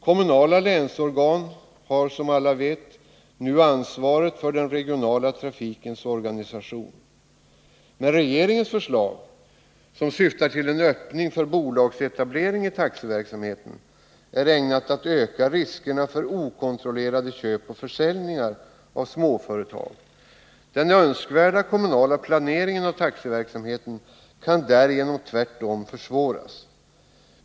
Kommunala länsorgan har, som alla vet, nu ansvaret för den regionala trafikens organisation. Men regeringens förslag, som syftar till en öppning för bolagsetablering i taxiverksamheten, är ägnat att öka riskerna för okontrollerade köp och försäljningar av små företag. Den önskvärda kommunala planeringen av taxiverksamheten kan därigenom tvärtom försvåras.